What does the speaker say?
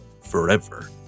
forever